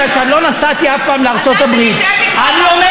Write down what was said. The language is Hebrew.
בגלל שאני לא נסעתי אף פעם לארצות-הברית.